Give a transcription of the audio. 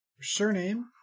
Surname